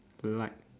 light